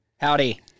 Howdy